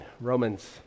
Romans